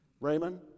Raymond